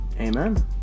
Amen